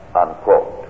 unquote